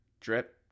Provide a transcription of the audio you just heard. drip